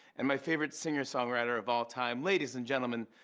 and my favorite singer-songwriter of all time. ladies and gentlemen,